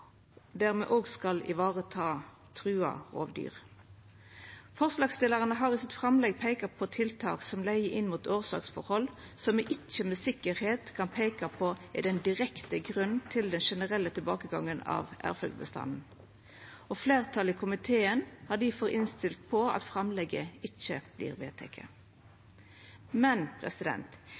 der me skal vareta trua rovdyr. Forslagsstillarane har i framlegget sitt peika på tiltak som leier inn mot årsaksforhold som me ikkje heilt sikkert kan peika på er den direkte grunnen til den generelle tilbakegangen av ærfuglbestanden. Fleirtalet i komiteen har difor innstilt på at framlegget ikkje vert vedteke. Men